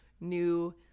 new